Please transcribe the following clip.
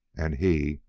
and he,